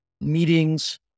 meetings